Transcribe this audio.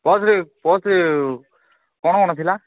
ପର୍ସରେ ପର୍ସରେ କ'ଣ କ'ଣ ଥିଲା